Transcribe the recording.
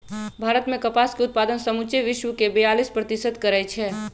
भारत मे कपास के उत्पादन समुचे विश्वके बेयालीस प्रतिशत करै छै